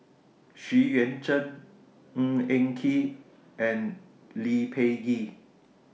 Xu Yuan Zhen Ng Eng Kee and Lee Peh Gee